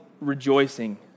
rejoicing